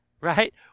right